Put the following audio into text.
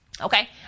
Okay